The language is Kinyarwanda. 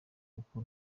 kuko